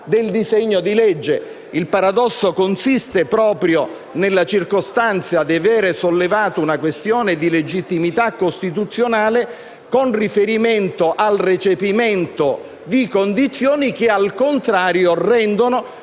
Il paradosso consiste proprio nella circostanza di aver sollevato una questione di legittimità costituzionale con riferimento al recepimento di condizioni che, al contrario, rendono